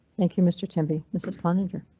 thank you mr tim be mrs cloninger.